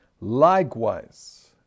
Likewise